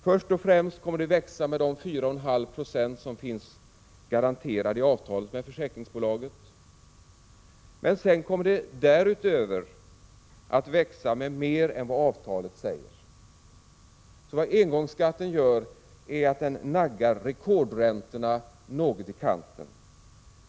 Först och främst kommer det att växa med de 4,5 90 som finns garanterade i avtalet med försäkringsbolaget, men därutöver kommer det att växa med mer än vad avtalet säger. Vad engångsskatten gör är att den naggar rekordräntorna något litet i kanten.